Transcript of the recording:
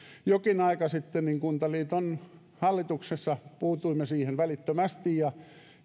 jokin aika sitten niin kuntaliiton hallituksessa puutuimme siihen välittömästi ja